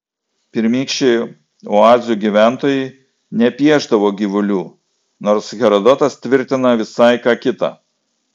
pirmykščiai oazių gyventojai nepiešdavo gyvulių nors herodotas tvirtina visai ką kita